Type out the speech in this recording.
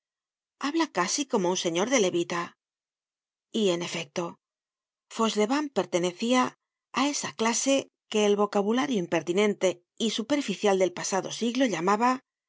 habla casi como un señor de levita y en efecto fauchelevent pertenecia á esa clase que el vocabulario impertinente y superficial del pasado siglo llamaba